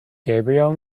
gabriel